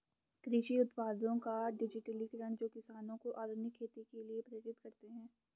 कृषि उत्पादों का डिजिटलीकरण जो किसानों को आधुनिक खेती के लिए प्रेरित करते है